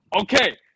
Okay